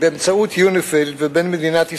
באמצעות יוניפי"ל, ובין מדינת ישראל,